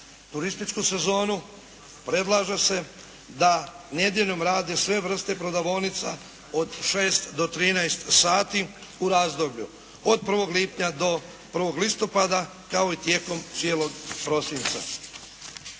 turističku sezonu, predlaže se da nedjeljom rade sve vrste prodavaonica od 6 do 13 sati u razdoblju od 1. lipnja do 1. listopada kao i tijekom cijelog prosinca.